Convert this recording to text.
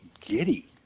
giddy